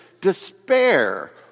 despair